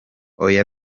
oya